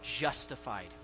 justified